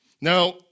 Now